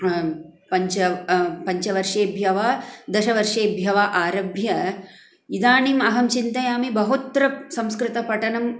पञ्च पञ्चवर्षेभ्यः वा दशवर्षेभ्यः वा आरभ्य इदानीम् अहं चिन्तयामि बहुत्र संस्कृतपठनं